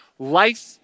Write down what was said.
Life